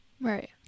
Right